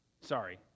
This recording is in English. Sorry